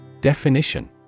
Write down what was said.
Definition